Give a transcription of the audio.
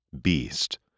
Beast